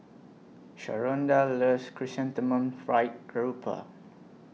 Sharonda loves Chrysanthemum Fried Garoupa